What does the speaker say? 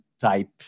type